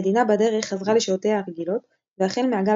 מדינה בדרך חזרה לשעותיה הרגילות והחל מהגל